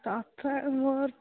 ତଥାପି ମୋର